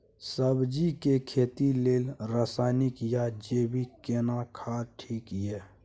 सब्जी के खेती लेल रसायनिक या जैविक केना खाद ठीक ये?